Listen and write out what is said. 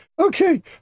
Okay